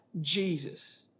Jesus